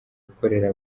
gukorera